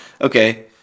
Okay